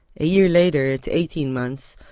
a year later, at eighteen months,